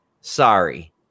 sorry